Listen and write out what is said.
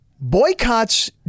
Boycotts